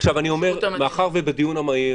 מאחר שבדיון המהיר